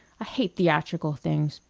i hate theatrical things.